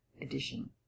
edition